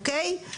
אוקיי?